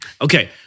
Okay